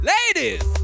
Ladies